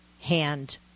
hand